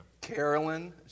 Carolyn